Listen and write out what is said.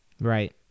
Right